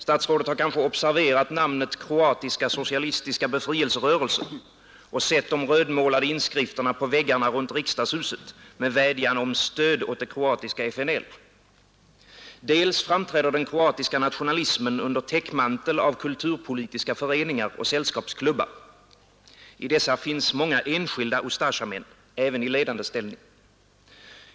Statsrådet har kanske observerat namnet ”Kroatiska socialistiska befrielserörelsen” och sett de rödmålade inskrifterna på väggarna runt riksdagshuset med vädjan om ”stöd åt det kroatiska FNL”. Dels framträder den kroatiska nationalismen under täckmantel av kulturpolitiska föreningar och sällskapsklubbar. I dessa finns många enskilda Ustasjamän även i ledande ställning.